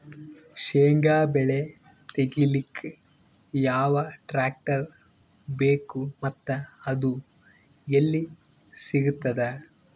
ಶೇಂಗಾ ಬೆಳೆ ತೆಗಿಲಿಕ್ ಯಾವ ಟ್ಟ್ರ್ಯಾಕ್ಟರ್ ಬೇಕು ಮತ್ತ ಅದು ಎಲ್ಲಿ ಸಿಗತದ?